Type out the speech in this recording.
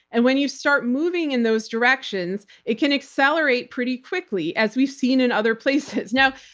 and when you start moving in those directions, it can accelerate pretty quickly, as we've seen in other places. now,